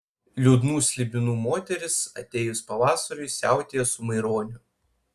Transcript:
liūdnų slibinų moteris atėjus pavasariui siautėja su maironiu